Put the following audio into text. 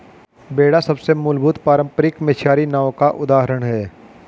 बेड़ा सबसे मूलभूत पारम्परिक मछियारी नाव का उदाहरण है